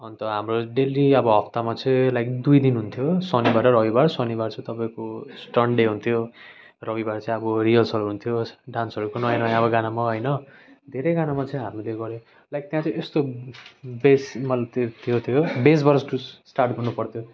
अन्त हाम्रो डेली अब हप्तामा चाहिँ लाइक दुई दिन हुन्थ्यो शनिबार र रविबार शनिबार चाहिँ तपाईँको स्टन्ट डे हुन्थ्यो रविबार चाहिँ अब रिहर्सल हुन्थ्यो डान्सहरूको नयाँ नयाँ अब गानामा होइन धेरै गानामा चाहिँ हामीले गरे लाइक त्यहाँ चाहिँ यस्तो बेस मल त्यो थियो थियो बेसबाट त्यो स्टार्ट गर्नुपर्थ्यो